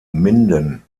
minden